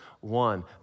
One